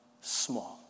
small